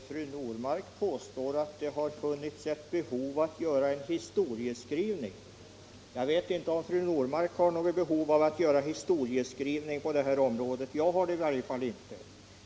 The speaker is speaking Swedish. Fru talman! Fru Normark påstår att det funnits ett behov av historieskrivning i denna fråga. Jag vet inte om fru Normark har något behov av historieskrivning på detta område — jag har det i varje fall inte.